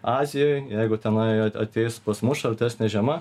azijoj jeigu tenai ateis pas mus šaltesnė žiema